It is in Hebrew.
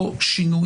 לתוקפו